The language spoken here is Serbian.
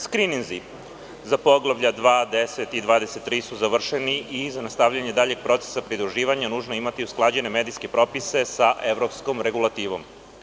Skrininzi za poglavlja II, X i XXIII su završeni i za nastavljanje daljeg procesa pridruživanja nužno je imati usklađene medijske propise sa evropskom regulativom.